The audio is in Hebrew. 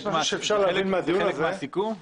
זה חלק מהסיכום?